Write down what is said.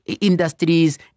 industries